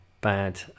bad